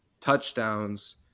touchdowns